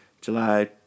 july